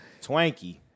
Twanky